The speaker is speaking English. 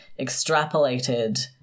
extrapolated